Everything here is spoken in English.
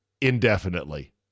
indefinitely